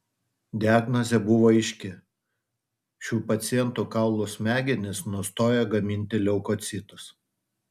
diagnozė buvo aiški šių pacientų kaulų smegenys nustojo gaminti leukocitus